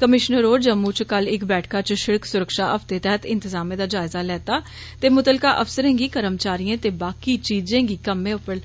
commissioner होर जम्मू च बल इक बैठका च सिड़क सुरक्षा हफते तैहत इंतजामें दा जायज़ा लेता ते मुतलका अफसरे गी कर्मचारियें ते बाकी चीजें गी कम्मे उप्पर